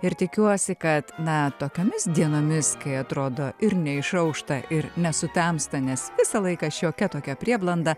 ir tikiuosi kad na tokiomis dienomis kai atrodo ir neišaušta ir nesutemsta nes visą laiką šiokia tokia prieblanda